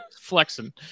flexing